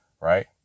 right